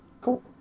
Cool